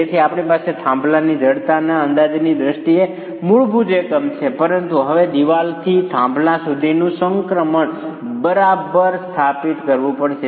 તેથી તમારી પાસે થાંભલાની જડતાના અંદાજની દ્રષ્ટિએ મૂળભૂત એકમ છે પરંતુ હવે દિવાલથી થાંભલા સુધીનું સંક્રમણ બરાબર સ્થાપિત કરવું પડશે